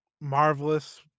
Marvelous